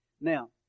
Now